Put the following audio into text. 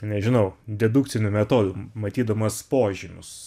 nežinau dedukciniu metodu matydamas požymius